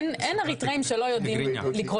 אין אריתראי שלא יודע תיגריניה.